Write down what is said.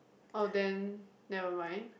oh then never mind